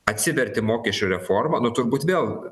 atsiverti mokesčių reformą nu turbūt vėl